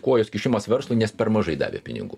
kojos kišimas verslui nes per mažai davė pinigų